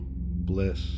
bliss